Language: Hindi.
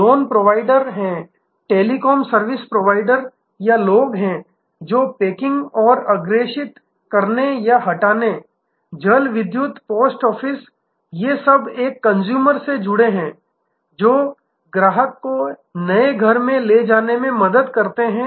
लोन प्रोवाइडर हैं टेलिकॉम सर्विस प्रोवाइडर या लोग हैं जो पैकिंग और अग्रेषित करने या हटाने जल विद्युत पोस्ट ऑफिस ये सब एक कस्टमर से जुड़े हैं जो ग्राहक को नए घर में ले जाने में मदद करते हैं